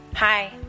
Hi